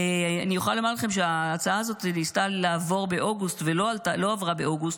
אני יכולה לומר לכם שההצעה הזאת ניסתה לעבור באוגוסט ולא עברה באוגוסט,